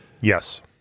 yes